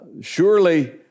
surely